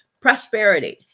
prosperity